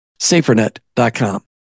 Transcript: Safernet.com